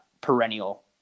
perennial